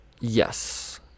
Yes